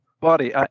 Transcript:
body